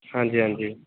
ਹਾਂਜੀ ਹਾਂਜੀ